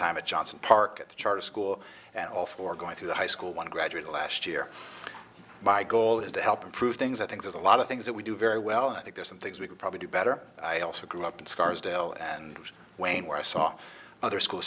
at johnson park at the charter school and all four going through the high school one graduated last year my goal is to help improve things i think there's a lot of things that we do very well i think there's some things we could probably do better i also grew up in scarsdale and wayne where i saw other school